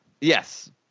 yes